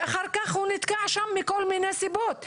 ואחר כך הוא נתקע שם מכל מיני סיבות.